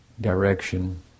direction